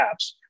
apps